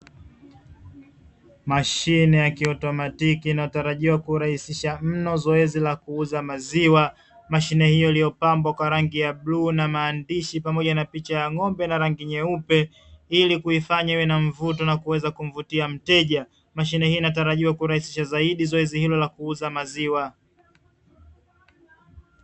Mashine ya kiautomatiki inatarajiwa kurahisisha mno zoezi la kuuza maziwa, mashine hiyo iliyopambwa kwa rangi ya bluu na maandishi pamoja na picha ya ng'ombe na rangi nyeupe; ili kuifanya iwe na mvuto na kuweza kuvutia mteja mashine, hii inatarajiwa kurahisisha zaidi zoezi hilo la kuuza maziwa.